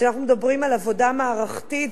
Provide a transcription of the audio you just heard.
כשאנחנו מדברים על עבודה מערכתית,